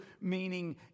meaning